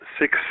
six